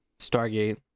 Stargate